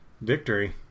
Victory